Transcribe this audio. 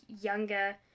younger